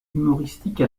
humoristique